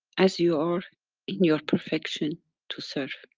as you are in your perfection to serve.